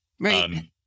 Right